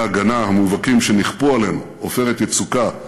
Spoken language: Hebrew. ההגנה המובהקים שנכפו עלינו: "עופרת יצוקה",